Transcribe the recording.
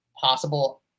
possible